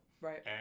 Right